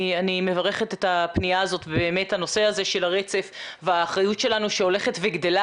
אני מברכת על הפניה הזאת ובאמת הנושא של הרצף והאחריות שלנו שהולכת וגדלה